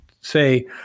say